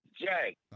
Jay